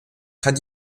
kann